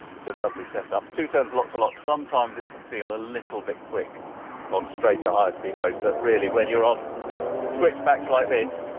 it's a lovely set up. it's two turns lock to lock. sometimes it can feel a little bit quick on straighter, higher speed roads but really when you're on switchbacks like this, oh